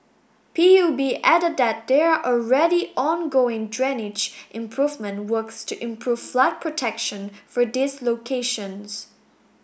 P U B added that there are already ongoing drainage improvement works to improve flood protection for these locations